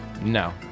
No